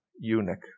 eunuch